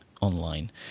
online